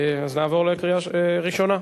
אז נעבור לקריאה ראשונה.